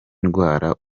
ndwara